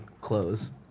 clothes